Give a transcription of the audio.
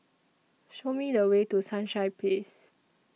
Show Me The Way to Sunshine Place